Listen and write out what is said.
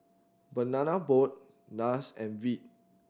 Banana Boat Nars and Veet